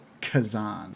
Kazan